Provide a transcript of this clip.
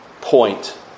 point